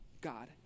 God